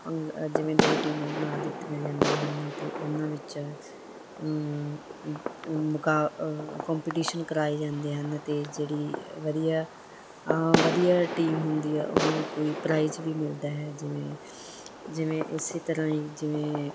ਭੰ ਜਿਵੇਂ ਦੋ ਟੀਮਾਂ ਬਣਾ ਦਿੱਤੀਆਂ ਜਾਂਦੀਆਂ ਹਨ ਅਤੇ ਉਹਨਾਂ ਵਿੱਚ ਮੁਕਾ ਕੰਪਟੀਸ਼ਨ ਕਰਵਾਏ ਜਾਂਦੇ ਹਨ ਅਤੇ ਜਿਹੜੀ ਵਧੀਆ ਵਧੀਆ ਟੀਮ ਹੁੰਦੀ ਆ ਉਹਨੂੰ ਕੋਈ ਪ੍ਰਾਈਜ ਵੀ ਮਿਲਦਾ ਹੈ ਜਿਵੇਂ ਜਿਵੇਂ ਇਸ ਤਰ੍ਹਾਂ ਹੀ ਜਿਵੇਂ